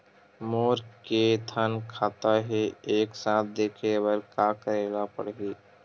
मोर के थन खाता हे एक साथ देखे बार का करेला पढ़ही?